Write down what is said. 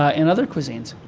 ah and other cuisines.